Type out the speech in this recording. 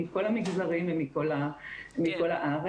מכל המגזרים ומכל הארץ.